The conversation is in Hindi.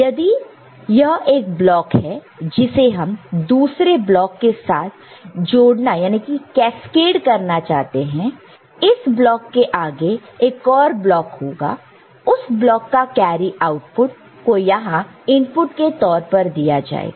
यदि यह एक ब्लॉक है जिसे हमें दूसरे ब्लॉक के साथ जोड़ना हो इस ब्लॉक के आगे एक और ब्लॉक होगा उस ब्लॉक का कैरी आउटपुट C3 को यहां इनपुट के तौर पर दिया जाएगा